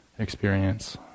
Experience